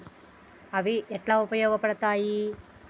అవి ఎట్లా ఉపయోగ పడతాయి?